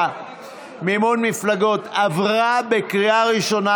ומימון מפלגות עברה בקריאה ראשונה